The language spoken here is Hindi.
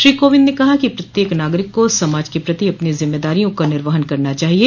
श्री कोविंद ने कहा कि प्रत्येक नागरिक को समाज के प्रति अपनी ज़िम्मेदारियों का निर्वहन करना चाहिये